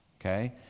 okay